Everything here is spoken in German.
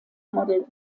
modell